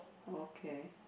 okay